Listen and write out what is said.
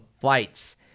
flights